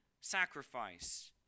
sacrifice